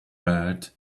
beard